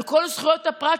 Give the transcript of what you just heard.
על כל זכויות הפרט,